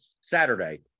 saturday